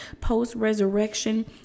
post-resurrection